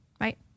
right